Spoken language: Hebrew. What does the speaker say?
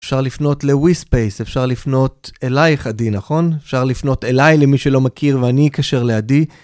אפשר לפנות לווי ספייס, אפשר לפנות אלייך עדי, נכון? אפשר לפנות אליי למי שלא מכיר ואני אקשר לעדי.